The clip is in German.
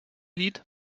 lied